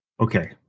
Okay